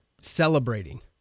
celebrating